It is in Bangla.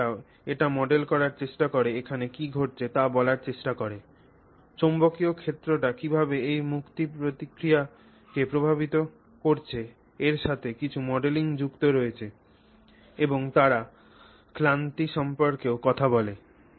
তারা এছাড়াও এটি মডেল করার চেষ্টা করে এখানে কী ঘটছে তা বলার চেষ্টা করে চৌম্বকীয় ক্ষেত্রটি কীভাবে এই মুক্তি প্রক্রিয়াটিকে প্রভাবিত করছে এর সাথে কিছু মডেলিং যুক্ত রয়েছে এবং তারা ক্লান্তি সম্পর্কেও কথা বলে